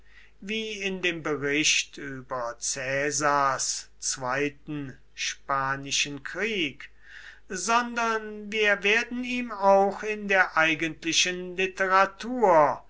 wie in dem bericht über caesars zweiten spanischen krieg sondern wir werden ihm auch in der eigentlichen literatur